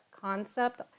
concept